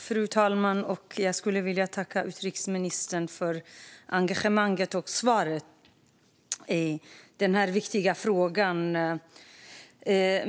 Fru talman! Tack, utrikesministern, för svaret och engagemanget!